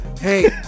Hey